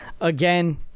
Again